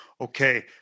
Okay